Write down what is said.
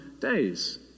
days